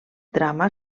drama